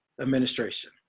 administration